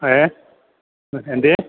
ആ ഏ എന്തേ